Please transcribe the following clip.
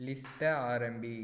லிஸ்ட்டை ஆரம்பி